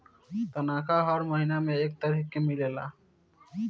तनखाह हर महीना में एक तारीख के मिलेला